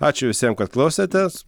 ačiū visiem kad klausėtės